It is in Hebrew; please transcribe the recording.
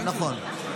גם נכון.